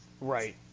Right